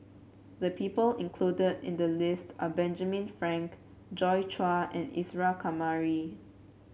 the people included in the list are Benjamin Frank Joi Chua and Isa Kamari